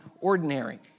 ordinary